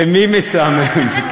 למי משעמם?